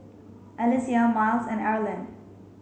Alesia Myles and Arlen